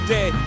Dead